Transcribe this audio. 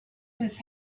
his